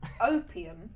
opium